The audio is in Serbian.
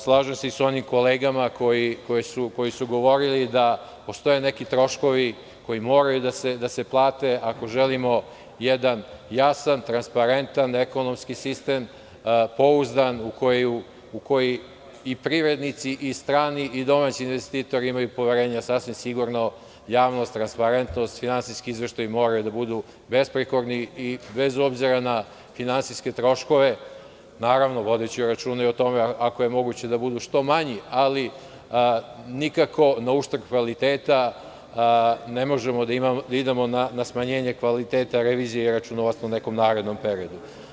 Slažem se i sa onim kolegama koji su govorili da postoje neki troškovi koji moraju da se plate, ako želimo jedan jasan, transparentan ekonomski sistem, pouzdan, u koji i privrednici i strani i domaći investitori imaju poverenja, sasvim sigurno, javnost, transparentnost, finansijski izveštaji moraju da budu besprekorni i bez obzira na finansijske troškove, naravno, vodeći računa i o tome, ako je moguće da budu što manji, ali nikako na uštrb kvaliteta ne možemo da idemo na smanjenje kvaliteta revizije računovodstva u nekom narednom periodu.